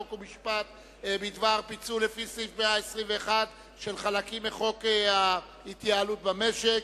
חוק ומשפט בדבר פיצול לפי סעיף 121 של חלקים מחוק ההתייעלות במשק.